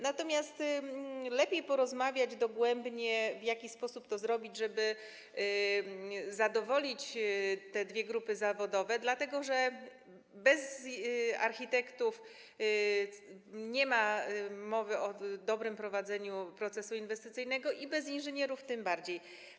Natomiast lepiej porozmawiać dogłębnie, w jaki sposób to zrobić, żeby zadowolić te dwie grupy zawodowe, dlatego że bez architektów nie ma mowy o dobrym prowadzeniu procesu inwestycyjnego, a bez inżynierów tym bardziej.